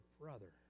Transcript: brother